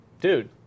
dude